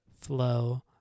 flow